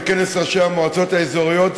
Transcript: בכנס ראשי המועצות האזוריות,